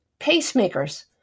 pacemakers